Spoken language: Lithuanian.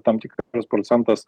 tam tikras procentas